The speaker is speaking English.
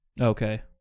okay